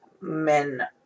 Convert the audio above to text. Men